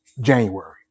january